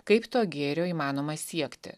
kaip to gėrio įmanoma siekti